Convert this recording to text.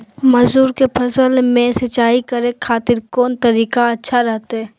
मसूर के फसल में सिंचाई करे खातिर कौन तरीका अच्छा रहतय?